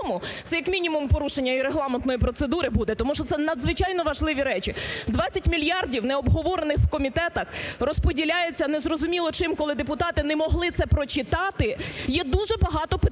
в цілому – це, як мінімум, порушення регламентної процедури буде, тому що це надзвичайно важливі речі. 20 мільярдів, не обговорених в комітетах, розподіляються незрозуміло чим, коли депутати не могли це прочитати. Є дуже багато питань